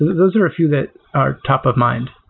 those are a few that are top of mind.